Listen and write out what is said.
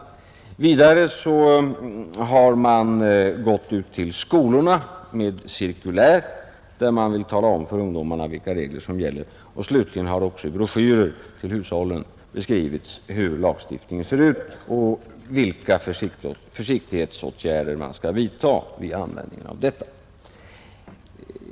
Vidare har man gått ut till skolorna med cirkulär där man vill tala om för ungdomarna vilka regler som gäller, och slutligen har också i broschyrer till hushållen beskrivits hur lagstiftningen ser ut och vilka försiktighetsåtgärder som skall vidtas vid användning av pyrotekniska varor.